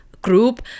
group